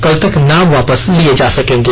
कल तक नाम वापस लिये जा सकेंगे